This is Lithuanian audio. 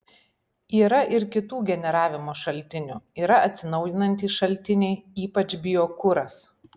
yra ir kitų generavimo šaltinių yra atsinaujinantys šaltiniai ypač biokuras